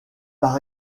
par